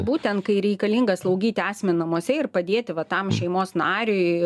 būtent kai reikalinga slaugyti asmenį namuose ir padėti va tam šeimos nariui